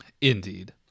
Indeed